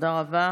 תודה רבה.